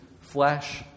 flesh